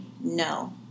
no